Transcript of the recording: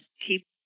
keep